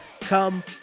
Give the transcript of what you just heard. come